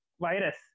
virus